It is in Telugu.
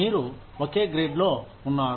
మీరు ఓకే గ్రేడ్లో ఉన్నారు